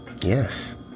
yes